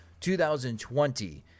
2020